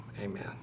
Amen